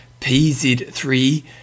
PZ3